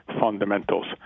fundamentals